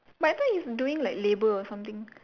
but I thought he's doing like labour or something